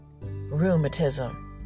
Rheumatism